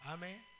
Amen